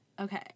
Okay